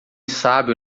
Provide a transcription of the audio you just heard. sábio